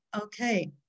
Okay